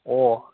ꯑꯣ